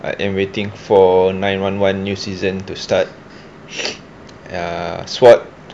I am waiting for nine one one new season to start uh swat